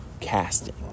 casting